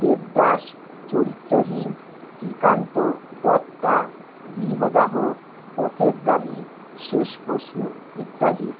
দেবদাস চরিত্রহীন শ্রীকান্ত দত্তা গৃহদাহ পথের দাবী শেষ প্রশ্ন ইত্যাদি